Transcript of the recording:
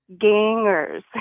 gangers